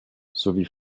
sowie